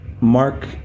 Mark